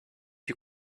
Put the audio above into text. you